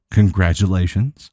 congratulations